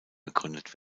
gegründet